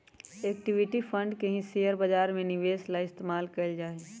equity fund के ही share बाजार में निवेश ला इस्तेमाल कइल जाहई